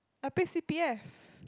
I pay c_p_f